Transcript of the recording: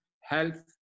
health